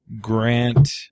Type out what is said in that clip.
grant